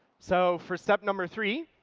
so for step number three,